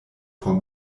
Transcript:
por